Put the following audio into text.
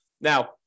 Now